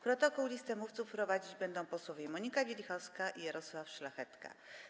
Protokół i listę mówców prowadzić będą posłowie Monika Wielichowska i Jarosław Szlachetka.